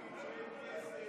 חברי הכנסת,